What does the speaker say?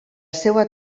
seua